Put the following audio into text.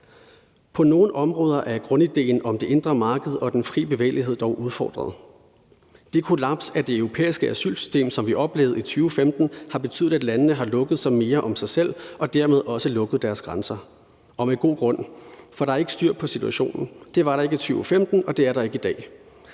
På nogle områder er grundidéen om det indre marked og den fri bevægelighed dog udfordret. Det kollaps af det europæiske asylsystem, som vi oplevede i 2015, har betydet, at landene har lukket sig mere om sig selv og dermed også lukket deres grænser – og med god grund, for der er ikke styr på situationen. Det var der ikke i 2015, og det er der ikke i dag.